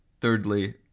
thirdly